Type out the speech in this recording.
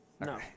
no